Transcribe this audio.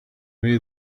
made